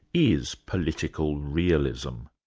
is political realism?